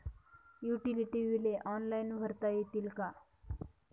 Utility बिले online भरता येतील का?